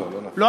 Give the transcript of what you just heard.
לא נפל, לא נפל.